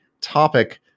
topic